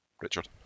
Richard